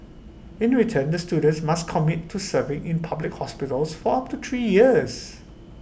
in return the students must commit to serving in public hospitals for up to three years